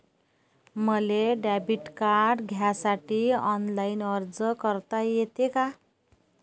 मले debit card घ्यासाठी online अर्ज करता येते का?